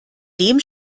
dem